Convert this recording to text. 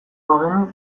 bagenu